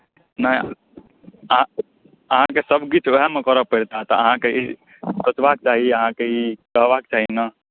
नहि अहाँ अहाँके सभकिछु उएहमे करय पड़ैत हैत अहाँकेँ ई सोचबाक चाही अहाँकेँ ई कहबाक चाही ने